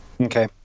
Okay